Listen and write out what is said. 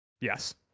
Yes